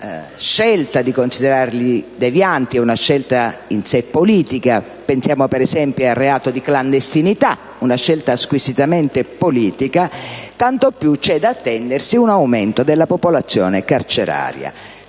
la scelta di considerarli tali è in sé politica; pensiamo, per esempio al reato di clandestinità, che è una scelta squisitamente politica), tanto più c'è da attendersi un aumento della popolazione carceraria,